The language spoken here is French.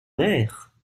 maire